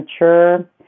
mature